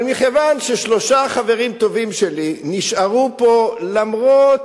אבל מכיוון ששלושה חברים טובים שלי נשארו פה למרות